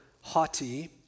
haughty